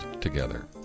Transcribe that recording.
together